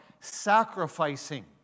sacrificing